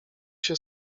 się